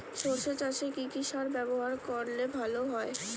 সর্ষে চাসে কি কি সার ব্যবহার করলে ভালো হয়?